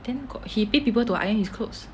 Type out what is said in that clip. then he pay people to iron his clothes